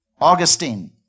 Augustine